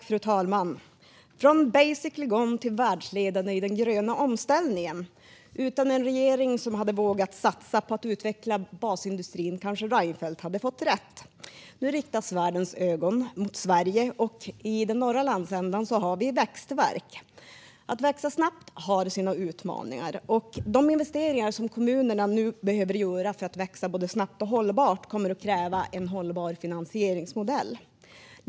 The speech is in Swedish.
Fru talman! Från basically gone till världsledande i den gröna omställningen - utan en regering som hade vågat satsa på att utveckla basindustrin hade kanske Reinfeldt fått rätt. Nu riktas världens ögon mot Sverige, och i den norra landsändan har vi växtvärk. Att växa snabbt har sina utmaningar. De investeringar som kommunerna nu behöver göra för att växa både snabbt och hållbart kommer att kräva en hållbar finansieringsmodell.